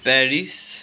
Paris